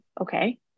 okay